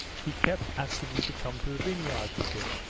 he kept asking me to come to the vineyards with him